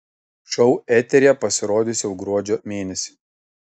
šou eteryje pasirodys jau gruodžio mėnesį